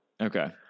Okay